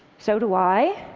so do i.